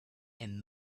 and